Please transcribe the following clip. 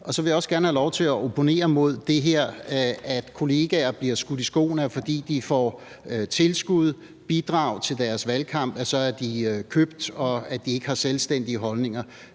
Så vil jeg også gerne have lov til at opponere mod, at kollegaer bliver skudt i skoene, at fordi de får tilskud, bidrag til deres valgkamp, så er de købt, og at de ikke har selvstændige holdninger.